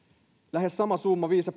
lähes sama summa viisi